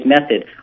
method